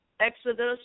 Exodus